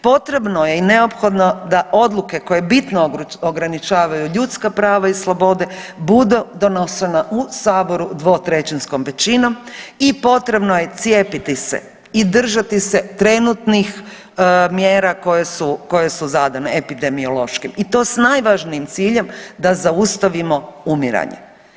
Potrebno je i neophodno da odluke koje bitno ograničavaju ljudska prava i slobode bude donošena u Saboru dvotrećinskom većinom i potrebno je cijepiti se i držati se trenutnih mjera koje su zadane epidemioloških i to s najvažnijim ciljem da zaustavimo umiranje.